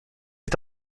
est